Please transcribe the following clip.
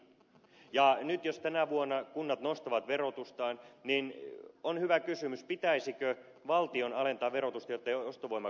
nyt jos tänä vuonna kunnat nostavat verotustaan niin on hyvä kysymys pitäisikö valtion alentaa verotusta jotta ostovoima kasvaisi vai ei